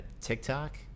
TikTok